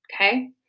Okay